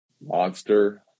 monster